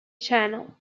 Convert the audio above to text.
channel